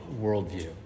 worldview